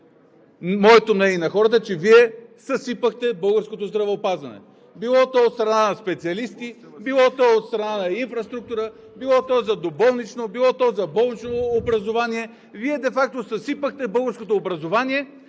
Моето мнение и на хората е, че Вие съсипахте българското здравеопазване, било то от страна на специалисти, било то от страна на инфраструктура, било то за доболнично, било то за болнично образование. Вие де факто съсипахте българското образование